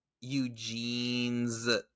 Eugene's